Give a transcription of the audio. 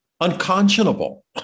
unconscionable